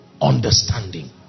understanding